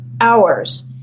hours